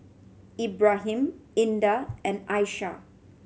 Ibrahim Indah and Aishah